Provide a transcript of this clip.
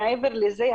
מעבר לזה,